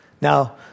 Now